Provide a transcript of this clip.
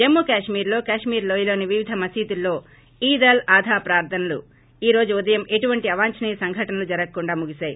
జమ్మూ కశ్మీర్లో కాశ్మీర్ లోయలోని వివిధ మసీదులలో ేఈద్ అల్ అధా ప్రార్లనలు ేఈ రోజు ఉదయం ఏటువంటి అవాంఛనీయ సంఘటనలు జరగకుండా ముగిశాయి